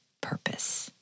purpose